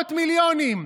מאות מיליונים.